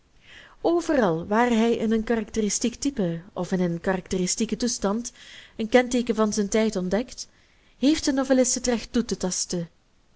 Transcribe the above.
overal waar hij in een karakteristiek type of in een karakteristieken toestand een kenteeken van zijn tijd ontdekt heeft de novellist het recht toetetasten